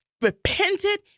repented